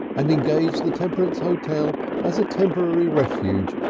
and engaged the temperance hotel as a temporary refuge,